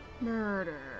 murder